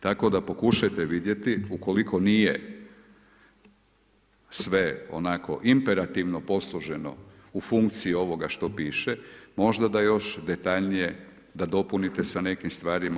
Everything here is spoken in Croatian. Tako da pokušajte vidjeti, ukoliko nije sve onako imperativno posloženo u funkciji ovoga što piše, možda da još detaljnije, da dopunite sa nekim stvarima.